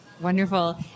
Wonderful